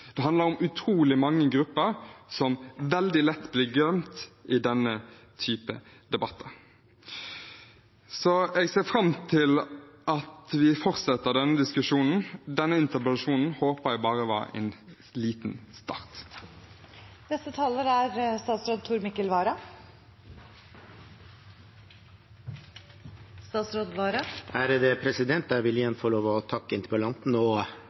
det handler om utrolig mange grupper som veldig lett blir glemt i denne typen debatter. Jeg ser fram til at vi fortsetter denne diskusjonen. Denne interpellasjonen håper jeg bare var en liten start. Jeg vil igjen få lov til å takke interpellanten og de andre deltakerne i denne debatten. Jeg synes det var veldig gode og